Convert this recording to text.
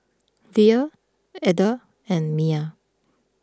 Lea Ada and Mya